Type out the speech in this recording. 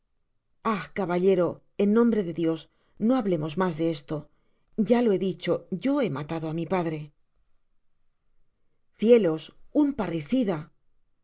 ahi caballero en nombre de dios no hablemos mas de esto ya lo he dicho yo he matado á mi padre observese que